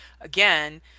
again